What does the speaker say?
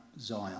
Zion